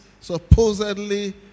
supposedly